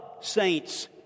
saints